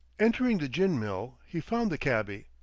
entering the gin-mill he found the cabby,